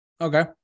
Okay